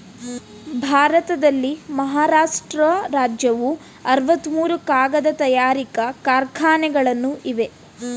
ಭಾರತದಲ್ಲಿ ಮಹಾರಾಷ್ಟ್ರ ರಾಜ್ಯವು ಅರವತ್ತ ಮೂರು ಕಾಗದ ತಯಾರಿಕಾ ಕಾರ್ಖಾನೆಗಳನ್ನು ಇವೆ